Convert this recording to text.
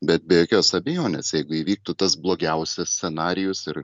bet be jokios abejonės jeigu įvyktų tas blogiausias scenarijus ir